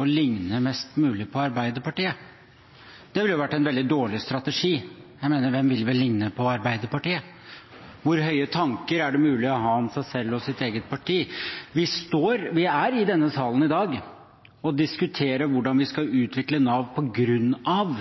å ligne mest mulig på Arbeiderpartiet. Det ville jo vært en veldig dårlig strategi. Jeg mener: Hvem vil vel ligne på Arbeiderpartiet? Hvor høye tanker er det mulig å ha om seg selv og sitt eget parti? Vi er i denne salen i dag og diskuterer hvordan vi skal utvikle Nav på grunn av